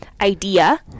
idea